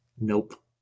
nope